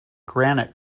granite